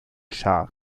shah